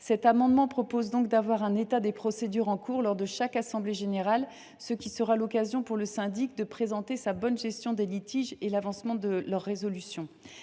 le syndic soit tenu de fournir un état des procédures en cours lors de chaque assemblée générale, ce qui sera l’occasion pour lui de présenter sa bonne gestion des litiges et l’avancement de leur résolution.